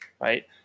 right